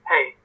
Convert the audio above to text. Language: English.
Hey